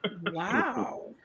Wow